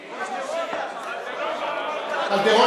קלדרון,